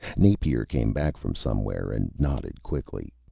napier came back from somewhere, and nodded quickly.